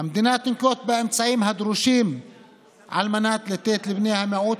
(ב) "המדינה תנקוט באמצעים הדרושים על מנת לתת לבני המיעוט